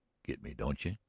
get me, don't you?